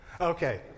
Okay